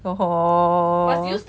orh hor